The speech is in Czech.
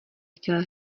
chtěl